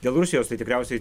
dėl rusijos tai tikriausiai